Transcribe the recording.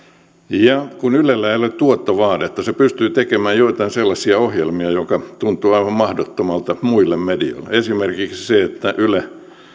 ja kun ylellä ei ole tuottovaadetta se pystyy tekemään joitain sellaisia ohjelmia jotka tuntuvat aivan mahdottomilta muille medioille esimerkiksi se että yle